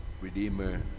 Redeemer